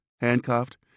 handcuffed